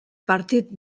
partit